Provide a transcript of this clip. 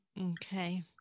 Okay